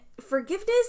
forgiveness